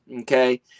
Okay